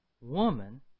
woman